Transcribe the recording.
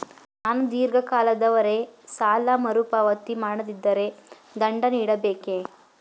ನಾನು ಧೀರ್ಘ ಕಾಲದವರೆ ಸಾಲ ಮರುಪಾವತಿ ಮಾಡದಿದ್ದರೆ ದಂಡ ನೀಡಬೇಕೇ?